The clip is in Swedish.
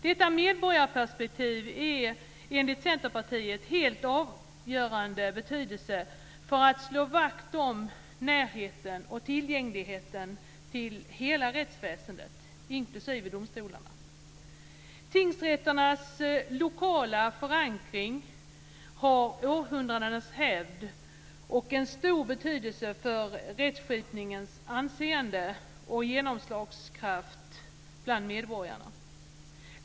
Detta medborgarperspektiv är enligt Centerpartiet av helt avgörande betydelse för att man ska kunna slå vakt om närheten och tillgängligheten till hela rättsväsendet, inklusive domstolarna. Tingsrätternas lokala förankring har århundradenas hävd och en stor betydelse för rättskipningens anseende och genomslagskraft bland medborgarna.